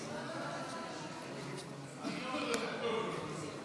זוהיר בהלול, איתן ברושי, מיכל בירן, נחמן שי,